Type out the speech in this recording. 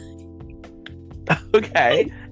Okay